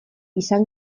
izan